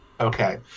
Okay